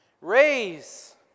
raise